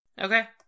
Okay